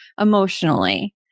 emotionally